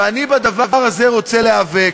ואני בדבר הזה רוצה להיאבק,